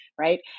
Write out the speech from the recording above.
right